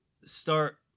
start